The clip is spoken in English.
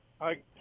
Hi